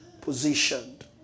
positioned